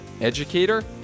educator